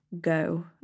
Go